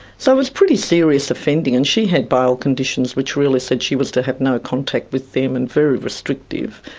so it was pretty serious offending, and she had bail conditions which really said she was to have no contact with them, and very restrictive.